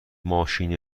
ماشین